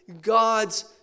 God's